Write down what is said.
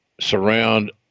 surround